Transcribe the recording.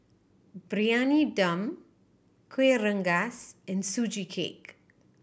Briyani Dum Kueh Rengas and Sugee Cake